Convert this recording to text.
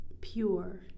pure